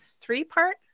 three-part